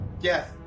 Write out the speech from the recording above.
Yes